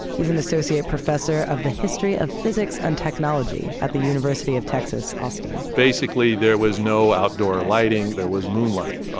he's an associate professor of the history of physics and technology at the university of texas, austin basically, there was no outdoor lighting, there was moonlight.